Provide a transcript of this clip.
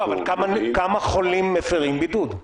כמה חולים מפרים בידוד?